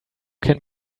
can